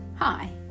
Hi